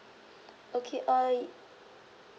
okay uh